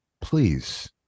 please